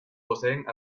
poseen